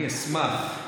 אני אשמח.